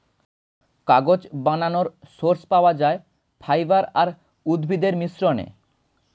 কাগজ বানানোর সোর্স পাওয়া যায় ফাইবার আর উদ্ভিদের মিশ্রণে